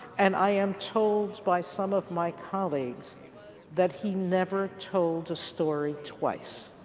and i am told by some of my colleagues that he never told a story twice.